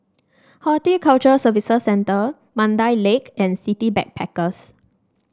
Horticulture Services Centre Mandai Lake and City Backpackers